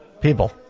People